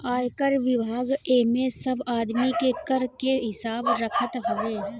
आयकर विभाग एमे सब आदमी के कर के हिसाब रखत हवे